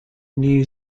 new